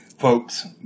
Folks